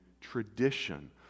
tradition